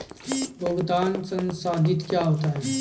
भुगतान संसाधित क्या होता है?